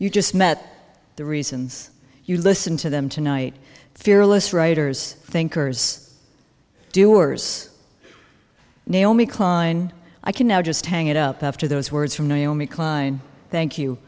you just met the reasons you listen to them tonight fearless writers thinkers doers naomi klein i can now just hang it up after those words from naomi klein thank